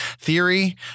theory